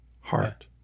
Heart